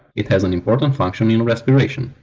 it has an important function in respiration.